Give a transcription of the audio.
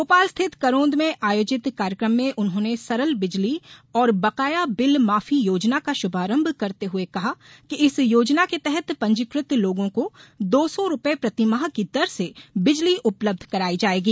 भोपाल स्थित करोंद में आयोजित कार्यक्रम में उन्होंने सरल बिजली और बकाया बिल माफी योजना का शुभारंभ करते हुये कहा कि इस योजना के तहत पंजीकृत लोगों को दौ सौ रूपये प्रतिमाह की दर से बिजली उपलब्ध कराई जायेगी